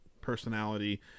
personality